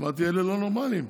אמרתי: אלה לא נורמליים.